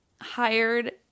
hired